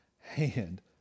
hand